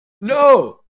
No